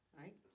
right